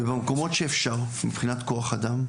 ובמקומות שאפשר מבחינת כוח אדם,